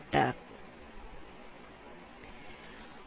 8 ആക്കും